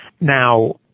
Now